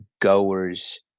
goer's